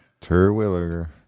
Terwilliger